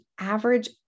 average